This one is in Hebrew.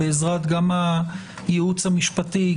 בעזרת הייעוץ המשפטי,